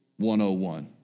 101